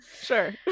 sure